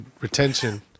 retention